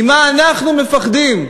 ממה אנחנו מפחדים?